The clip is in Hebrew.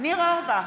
ניר אורבך,